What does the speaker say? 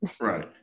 Right